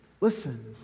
listen